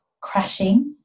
crashing